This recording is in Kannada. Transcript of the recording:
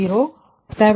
078 220